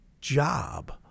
job